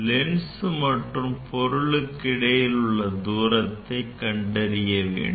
lens மற்றும் பொருளுக்கு இடையிலுள்ள தூரத்தை கண்டறிய வேண்டும்